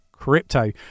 crypto